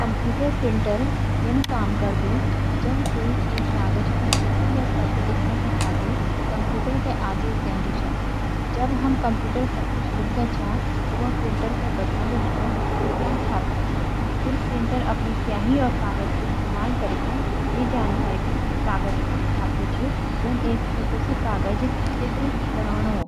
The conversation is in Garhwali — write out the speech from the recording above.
कंप्यूटर प्रिंटर यन काम करदु, जन कोई एक कागज पर चित्र या शब्द लिखने के खातिर कंप्यूटर से आदेश देन्दु छ । जब हम कंप्यूटर पर कुछ लिखदा छ, त वह प्रिंटर क बतोदु छ कि क्या छापन छ। फिर प्रिंटर अपनी स्याही और कागज का इस्तेमाल करके वि जानकारी क कागज पर छापदु छ, जन एक छोटू सी कागज चित्र बनोनू हो।